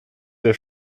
der